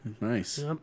Nice